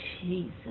Jesus